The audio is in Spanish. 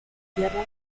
tierras